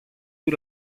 του